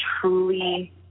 truly